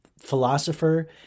philosopher